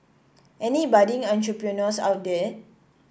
any budding entrepreneurs out there